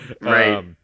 Right